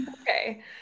okay